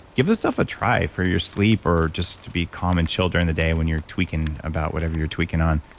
give the stuff a try for your sleep or just to be calm and chill during the day when you're tweaking about whatever you're tweaking on.